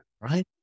right